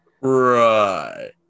Right